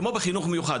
כמו בחינוך מיוחד,